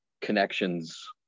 connections